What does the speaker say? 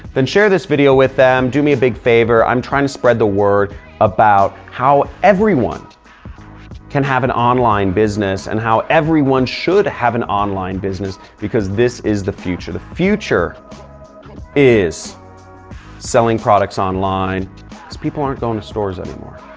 then share this video with them. do me a big favor. i'm trying to spread the word about how everyone can have an online business and how everyone should have an online business because this is the future. the future is selling products online as people aren't going to stores anymore.